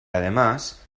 además